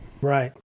Right